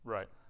Right